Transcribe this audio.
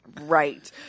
Right